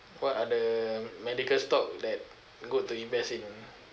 what are the medical stock that good to invest in